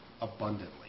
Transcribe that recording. abundantly